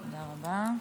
תודה רבה,